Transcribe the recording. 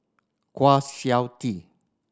Kwa Siew Tee